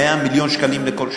100 מיליון שקלים לכל שנה.